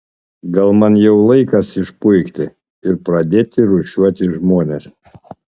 gal man jau laikas išpuikti ir pradėti rūšiuoti žmones